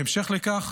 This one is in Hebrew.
בהמשך לכך,